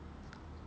oh